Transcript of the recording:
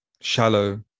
shallow